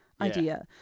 idea